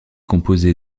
composé